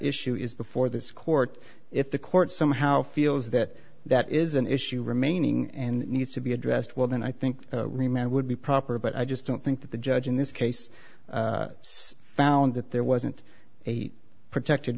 issue is before this court if the court somehow feels that that is an issue remaining and needs to be addressed well then i think remain would be proper but i just don't think that the judge in this case found that there wasn't a protected